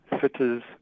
Fitters